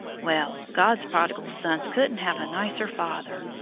well, god's prodigal sons couldn't have a nicer father.